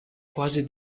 quasi